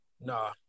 Nah